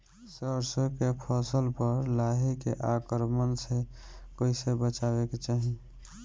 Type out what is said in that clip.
सरसो के फसल पर लाही के आक्रमण से कईसे बचावे के चाही?